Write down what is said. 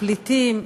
פליטים,